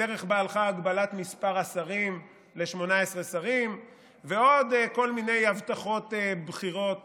בדרך שבה הלכו הגבלת מספר השרים ל-18 שרים ועוד כל מיני הבטחות בחירות